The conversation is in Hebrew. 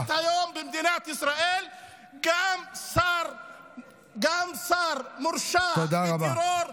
היום במדינת ישראל גם שר מורשע בטרור,